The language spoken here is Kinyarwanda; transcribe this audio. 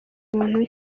muntu